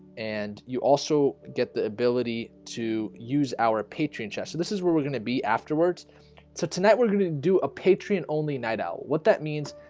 and you also get the ability to use our patreon chat so this is where we're gonna be afterwards so tonight we're gonna do a patreon only night out what that means?